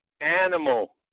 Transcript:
animal